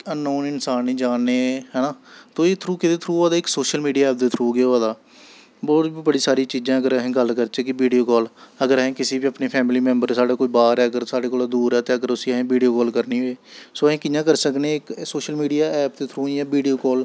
unknown इंसान गी जाननें है ना तो एह् थ्रू केह्दे थ्रू होआ दा इक सोशल मीडिया ऐप दे थ्रू गै होआ दा होर बी बड़ी सारी चीजां ऐं अगर अस गल्ल करचै कि वीडियो काल अगर अस किसी बी अपने फैमली मैंबर साढ़ा कोई बाह्र ऐ अगर साढ़े कोला दा दूर ऐ ते अगर अस उस्सी वीडियो काल करनी होऐ सो अस कि'यां करी सकनें इक सोशल मीडिया ऐप दे थ्रू इ'यां वीडियो काल